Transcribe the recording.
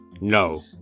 No